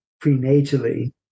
prenatally